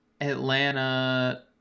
Atlanta